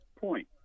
point